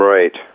Right